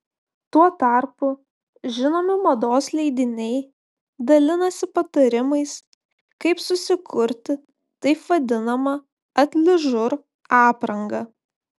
tuo tarpu žinomi mados leidiniai dalinasi patarimais kaip susikurti taip vadinamą atližur aprangą